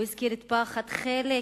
הוא הזכיר את הפחד של חלק